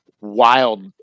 wild